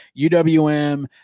UWM